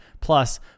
plus